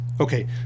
Okay